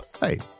Hey